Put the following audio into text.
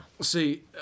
See